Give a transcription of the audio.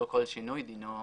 לא כל שינוי דינו אחד.